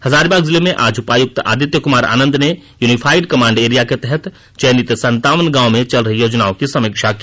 हजारीबाग जिले में आज उपायुक्त आदित्य कुमार आनंद ने यूनिफाईड कमांड एरिया के तहत चयनित सनतावन गांव में चल रही योजनाओं की समीक्षा की